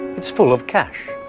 it's full of cash.